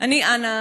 אני אנה.